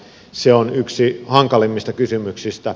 se on yksi hankalimmista kysymyksistä